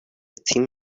تیم